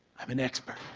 i'm an expert.